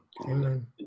Amen